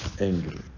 angry